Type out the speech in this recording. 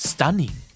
Stunning